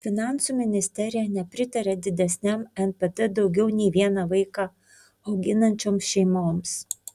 finansų ministerija nepritaria didesniam npd daugiau nei vieną vaiką auginančioms šeimoms